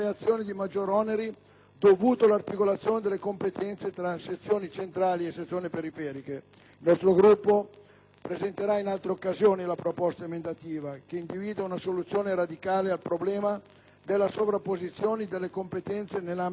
dovuti all'articolazione delle competenze tra sezione centrale e sezioni periferiche. Il nostro Gruppo presenterà in altre occasioni la proposta emendativa che individua una soluzione radicale al problema delle sovrapposizioni delle competenze nell'ambito dello stesso bacino